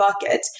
bucket